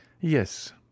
Yes